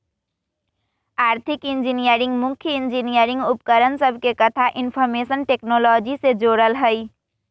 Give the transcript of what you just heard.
आर्थिक इंजीनियरिंग मुख्य इंजीनियरिंग उपकरण सभके कथा इनफार्मेशन टेक्नोलॉजी से जोड़ल हइ